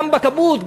גם בכמות,